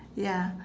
ya